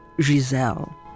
Giselle